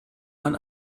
man